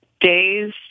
days